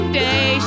day